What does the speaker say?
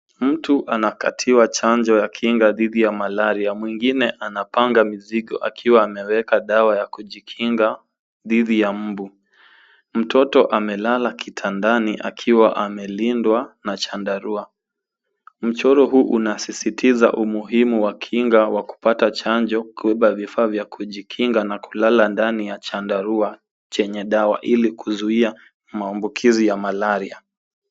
Mtu anapatiwa chanjo ya kinga dhidi ya malaria. Mwingine anapanga mizigo akiwa ameweka dawa ya kujikinga dhidi ya mbu. Mtoto amelala kitandani akiwa amelindwa na chandarua. Mchoro huu unasisitiza umuhimu wa kinga wa kupata chanjo, kubeba vifaa vya kujikinga na kulala ndani ya chandarua chenye dawa ili kuzuia maambukizi ya malaria.